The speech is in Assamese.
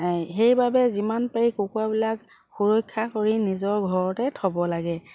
সেইবাবে যিমান পাৰি কুকুৰাবিলাক সুৰক্ষা কৰি নিজৰ ঘৰতে থ'ব লাগে